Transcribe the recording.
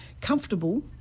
comfortable